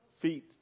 feet